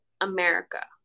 America